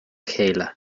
chéile